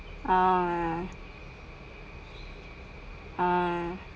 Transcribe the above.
ah ah